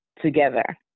together